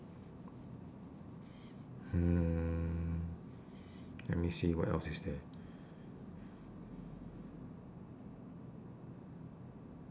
mm let me see what else is there